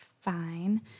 fine